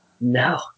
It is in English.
No